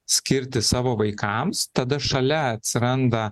skirti savo vaikams tada šalia atsiranda